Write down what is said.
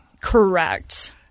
Correct